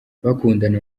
bakundana